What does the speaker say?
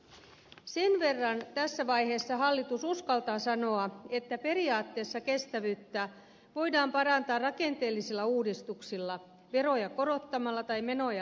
sen verran tässä vaiheessa hallitus uskaltaa sanoa että periaatteessa kestävyyttä voidaan parantaa rakenteellisilla uudistuksilla veroja korottamalla tai menoja leikkaamalla